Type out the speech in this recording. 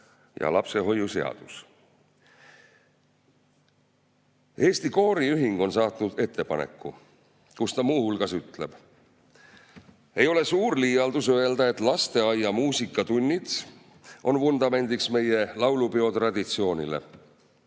ja lapsehoiu seadus. Eesti Kooriühing on saatnud ettepaneku, kus ta muu hulgas ütleb: "Ei ole suur liialdus öelda, et lasteaia muusikatunnid on vundamendiks meie laulupeotraditsioonile